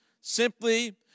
Simply